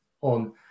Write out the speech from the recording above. on